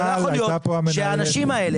זה לא יכול להיות שהאנשים האלה,